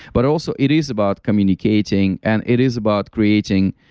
but also it is about communicating and it is about creating